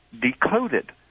decoded